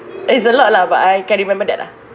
there's a lot lah but I can't remember that lah